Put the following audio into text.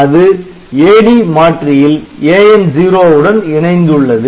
அது AD மாற்றியில் AN0 உடன் இணைந்துள்ளது